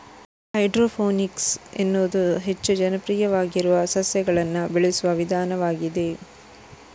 hydroponics ಎನ್ನುವುದು ಹೆಚ್ಚು ಜನಪ್ರಿಯವಾಗಿರುವ ಸಸ್ಯಗಳನ್ನು ಬೆಳೆಸುವ ವಿಧಾನವಾಗಿದೆ